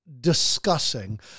discussing